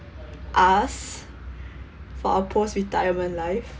us for our post retirement life